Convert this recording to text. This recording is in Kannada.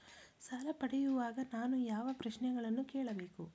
ಸಾಲ ಪಡೆಯುವಾಗ ನಾನು ಯಾವ ಪ್ರಶ್ನೆಗಳನ್ನು ಕೇಳಬೇಕು?